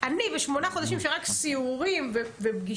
אני בשמונה חודשים של רק סיורים ופגישות